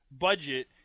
budget